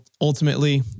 Ultimately